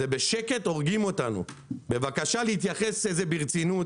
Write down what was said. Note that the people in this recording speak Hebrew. זה בשקט הורגים אותנו, בבקשה להתייחס לזה ברצינות